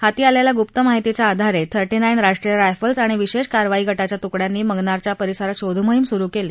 हाती आलेल्या गुप्त माहितीच्या आधारे थर्टी नाईन राष्ट्रीय रायफल्स आणि विशेष कारवाई गटाच्या तुकड्यांनी मंगनारच्या परिसरात शोधमोहीम सुरू केली